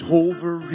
over